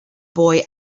boy